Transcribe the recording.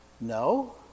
No